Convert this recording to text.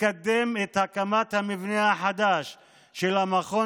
לקדם את הקמת המבנה החדש של המכון,